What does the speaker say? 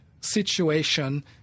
situation